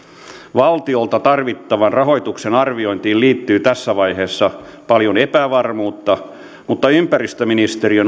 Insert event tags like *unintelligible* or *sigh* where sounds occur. valtiolta tarvittavan rahoituksen arviointiin liittyy tässä vaiheessa paljon epävarmuutta mutta ympäristöministeriö *unintelligible*